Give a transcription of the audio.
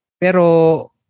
Pero